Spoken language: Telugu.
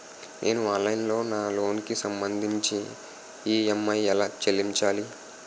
నేను ఆన్లైన్ లో నా లోన్ కి సంభందించి ఈ.ఎం.ఐ ఎలా చెల్లించాలి?